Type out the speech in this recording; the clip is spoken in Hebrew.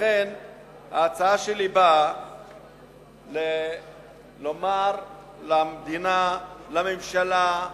לכן ההצעה שלי באה לומר למדינה, לממשלה: